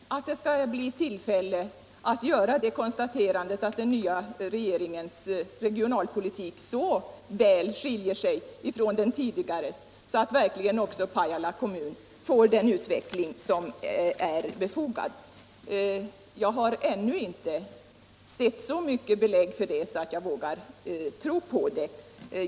Herr talman! Jag hoppas att det skall bli tillfälle att göra konstaterandet att den nya regeringens regionalpolitik så väl skiljer sig från den tidigare att Pajala kommun verkligen får den utveckling som är befogad. Ännu har jag inte sett så mycket belägg för det att jag vågar tro på det.